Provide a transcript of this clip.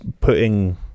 putting